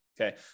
Okay